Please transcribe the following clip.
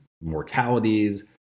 mortalities